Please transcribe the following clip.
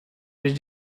which